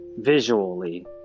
Visually